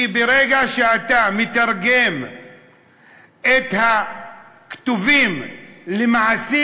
כי ברגע שאתה מתרגם את הכתובים למעשים